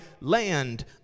land